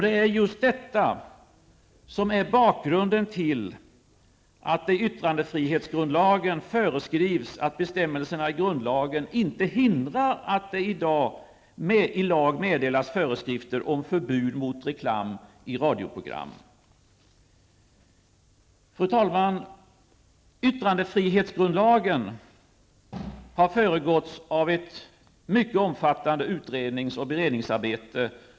Det är just detta som är bakgrunden till att det i yttrandefrihetsgrundlagen föreskrivs att bestämmelserna i grundlagen inte hindrar att det i lag meddelas föreskrifter om förbud mot reklam i radioprogram. Fru talman! Yttrandefrihetsgrundlagen har föregåtts av ett mycket omfattande utrednings och beredningsarbete.